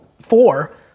four